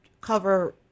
Cover